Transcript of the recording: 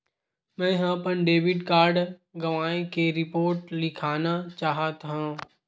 मेंहा अपन debit card गवाए के रिपोर्ट लिखना चाहत हव